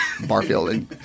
Barfield